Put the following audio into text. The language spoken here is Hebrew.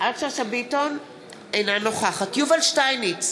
אינה נוכחת יובל שטייניץ,